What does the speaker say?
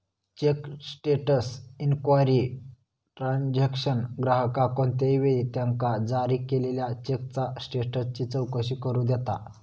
check status inquiry transaction ग्राहकाक कोणत्याही वेळी त्यांका जारी केलेल्यो चेकचा स्टेटसची चौकशी करू देता